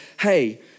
Hey